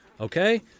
Okay